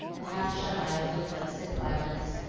the half-shut eyes looked like sick violets,